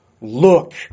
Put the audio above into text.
look